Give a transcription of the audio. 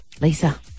Lisa